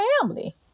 family